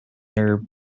their